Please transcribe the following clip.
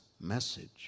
message